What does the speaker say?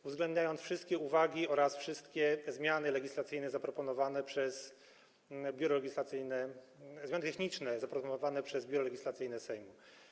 Uwzględniono wszystkie uwagi oraz wszystkie zmiany legislacyjne zaproponowane przez Biuro Legislacyjne... zmiany techniczne zaproponowane przez Biuro Legislacyjne Sejmu.